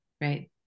right